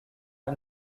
are